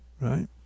right